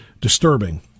disturbing